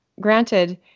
granted